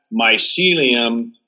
mycelium